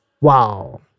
Wow